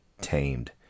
tamed